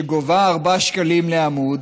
שגובה ארבעה שקלים לעמוד,